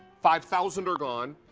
five thousand are gone,